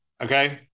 okay